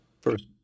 first